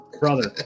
brother